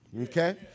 Okay